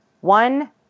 one